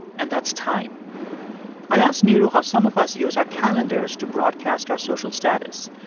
and that's time i asked neeru how some of us use our calendars to broadcast our social status.